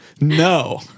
No